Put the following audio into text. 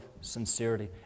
sincerity